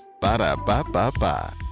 Ba-da-ba-ba-ba